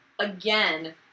again